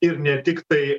ir ne tik tai